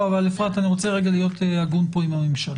אבל אפשרת אני רוצה רגע להיות הגון עם הממשלה,